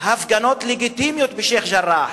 הפגנות לגיטימיות בשיח'-ג'ראח,